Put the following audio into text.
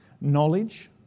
knowledge